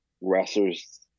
wrestlers